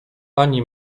ani